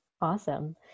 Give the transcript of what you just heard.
Awesome